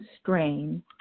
strain